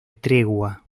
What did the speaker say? tregua